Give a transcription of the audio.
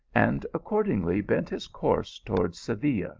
and accordingly bent his course towards seville.